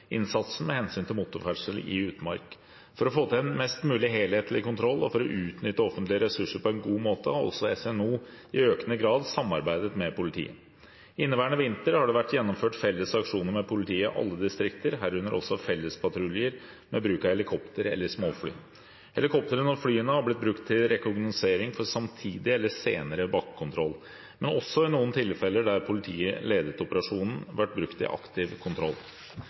med hensyn til motorferdsel i utmark. For å få til en mest mulig helhetlig kontroll og for å utnytte offentlige ressurser på en god måte har også SNO i økende grad samarbeidet med politiet. Inneværende vinter har det vært gjennomført felles aksjoner med politiet i alle distrikter, herunder også fellespatruljer med bruk av helikopter eller småfly. Helikoptrene og flyene har blitt brukt til rekognosering for samtidig eller senere bakkekontroll, men har også, i noen tilfeller der politiet ledet operasjonen, vært brukt i aktiv kontroll.